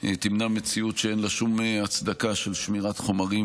תמנע מציאות שאין לה שום הצדקה של שמירת חומרים